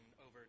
over